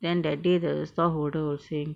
then that day the storeholder was saying